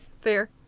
Fair